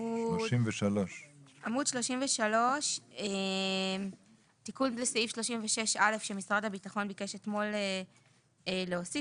33. תיקון לסעיף 36א שמשרד הביטחון ביקש להוסיף.